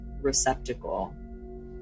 receptacle